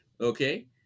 okay